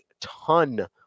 ton